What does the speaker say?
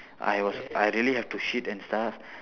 I was I really have to shit and stuff